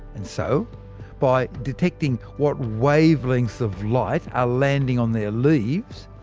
and so by detecting what wavelengths of light are landing on their leaves,